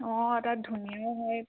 অঁ তাত ধুনীয়াও হয়